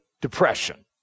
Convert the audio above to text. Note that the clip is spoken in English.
Depression